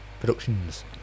Productions